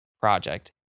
project